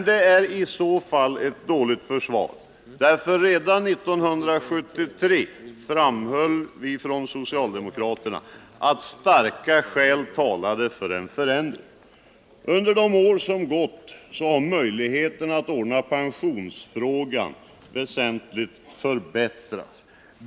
Det är i så fall ett dåligt försvar, för redan 1973 framhöll vi socialdemokrater att starka skäl talade för en förändring av det rådande systemet. Under de år som gått har möjligheten att ordna pensionsfrågan väsentligt förbättrats.